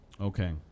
Okay